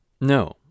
No